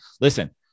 Listen